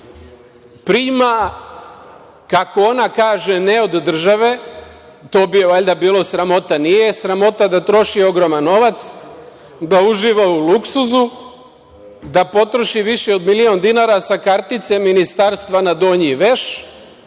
prima, kako ona kaže, ne od države, to bi je valjda bilo sramota, a nije je sramota da troši ogroman novac, da uživa u luksuzu, da potroši više od milion dinara sa kartice ministarstva na donji veš